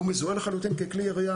מזוהה לחלוטין ככלי ירייה.